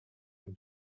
nous